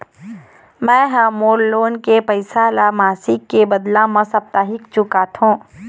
में ह मोर लोन के पैसा ला मासिक के बदला साप्ताहिक चुकाथों